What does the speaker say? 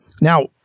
Now